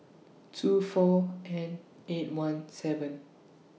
two four N eight one seven